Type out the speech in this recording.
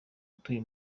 utuye